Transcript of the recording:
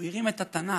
הוא הרים את התנ"ך,